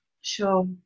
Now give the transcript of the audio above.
Sure